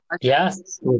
Yes